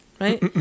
right